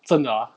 真的啊